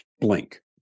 blink